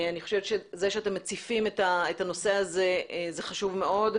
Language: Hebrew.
אני חושבת שזה שאתם מציפים את הנושא הזה זה חשוב מאוד,